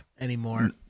anymore